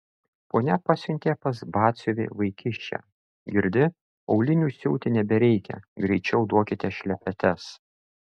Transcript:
ponia pasiuntė pas batsiuvį vaikiščią girdi aulinių siūti nebereikia greičiau duokite šlepetes